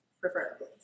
preferably